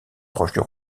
proches